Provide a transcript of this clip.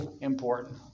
important